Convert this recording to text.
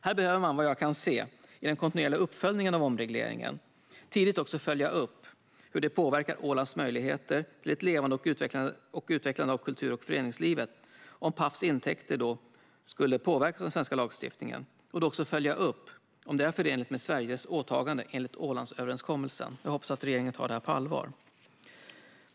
Här behöver man, såvitt jag kan se, i den kontinuerliga uppföljningen av omregleringen tidigt också följa upp hur det påverkar Ålands möjligheter till ett levande och utvecklande kultur och föreningsliv om Pafs intäkter påverkas av den svenska lagstiftningen. Man behöver också följa upp om detta är förenligt med Sveriges åtaganden enligt Ålandsöverenskommelsen. Jag hoppas att regeringen tar detta på allvar.